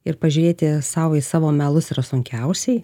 ir pažiūrėti sau į savo melus yra sunkiausiai